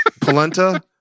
polenta